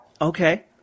Okay